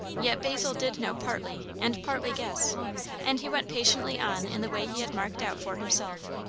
yet basil did know partly and partly guess and he went patiently on in the way he had marked out for himself,